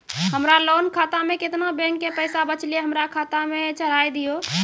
हमरा लोन खाता मे केतना बैंक के पैसा बचलै हमरा खाता मे चढ़ाय दिहो?